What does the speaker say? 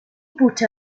بوته